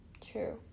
True